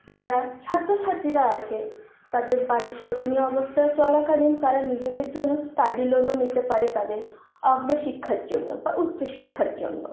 যারা ছাত্রছাত্রীরা আছে তাদের বাড়ির শোচনীয় অবস্থায় চলাকালীন তারা নিজেদের জন্য স্টাডি লোনও নিতে পারে তাদের অগ্রশিক্ষার জন্য বা উচ্চশিক্ষার জন্য